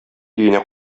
өенә